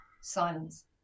Silence